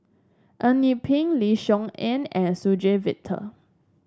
Eng Yee Peng Lim Soo Ngee and Suzann Victor